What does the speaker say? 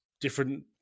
different